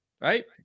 Right